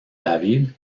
david